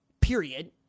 period